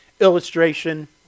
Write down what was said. illustration